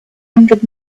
hundred